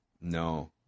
No